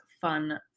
fun